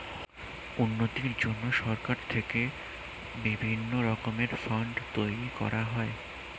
উন্নতির জন্য সরকার থেকে বিভিন্ন রকমের ফান্ড প্রদান করা হয়